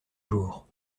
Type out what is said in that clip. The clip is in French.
jours